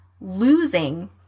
losing